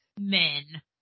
Men